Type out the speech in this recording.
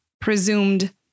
presumed